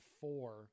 four